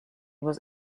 was